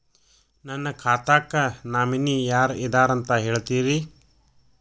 ನನ್ನ ಖಾತಾಕ್ಕ ನಾಮಿನಿ ಯಾರ ಇದಾರಂತ ಹೇಳತಿರಿ?